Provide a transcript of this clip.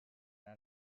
anar